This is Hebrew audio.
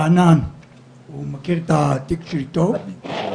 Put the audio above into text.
רענן מכיר את התיק שלי טוב,